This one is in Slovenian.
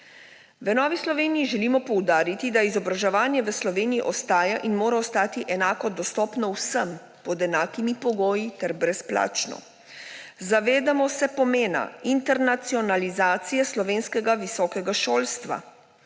V Novi Sloveniji želimo poudariti, da izobraževanje v Sloveniji ostaja in mora ostati enako dostopno vsem pod enakimi pogoji ter brezplačno. Zavedamo se pomena internacionalizacije slovenskega visokega šolstva,